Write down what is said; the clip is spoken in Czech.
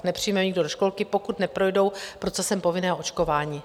Nepřijímají do školky, pokud neprojdou procesem povinného očkování.